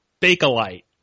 Bakelite